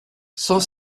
cent